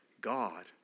God